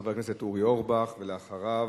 חבר הכנסת אורי אורבך, ואחריו,